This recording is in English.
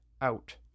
Out